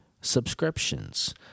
subscriptions